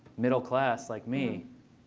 middle class like me,